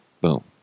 Boom